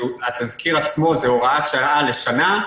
התזכיר עצמו הוא הוראת שעה לשנה,